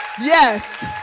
yes